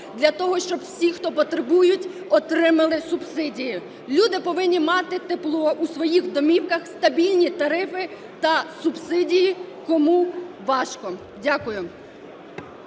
для того, щоб всі, хто потребують, отримали субсидії. Люди повинні мати тепло у своїх домівках, стабільні тарифи та субсидії, кому важко. Дякую.